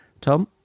Tom